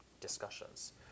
discussions